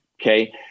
okay